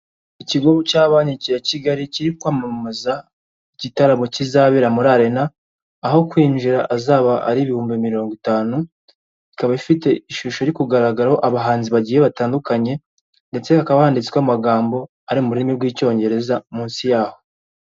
Ikigo cya banki cya kigali kiri kwamamaza igitaramo kizabera muri Arena aho kwinjira azaba ari ibihumbi mirongo itanu ikaba ifite ishusho iri kugaragaro abahanzi bagiye batandukanye ndetse ha bakaba handitswe amagambo ari mu rurimi rw'icyongereza munsi yaho.